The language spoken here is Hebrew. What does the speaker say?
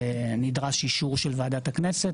נדרש אישור של ועדת הכנסת.